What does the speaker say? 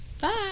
Bye